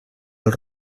del